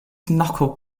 knuckle